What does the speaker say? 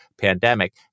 pandemic